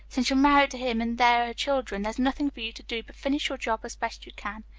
since you're married to him, and there are children, there's nothing for you to do but finish your job as best you can.